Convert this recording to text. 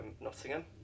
Nottingham